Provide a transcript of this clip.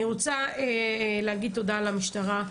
אני רוצה להגיד תודה למשטרה,